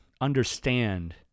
understand